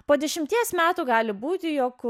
po dešimties metų gali būti jog